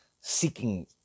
seeking